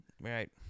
Right